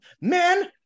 man